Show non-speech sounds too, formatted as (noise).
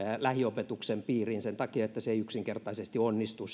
lähiopetuksen piiriin sen takia että se etäopetus ei yksinkertaisesti onnistu (unintelligible)